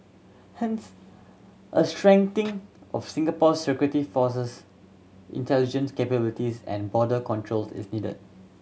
hence a strengthening of Singapore's security forces intelligence capabilities and border controls is needed